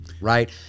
right